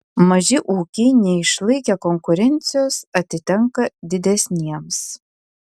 maži ūkiai neišlaikę konkurencijos atitenka didesniems